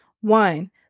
One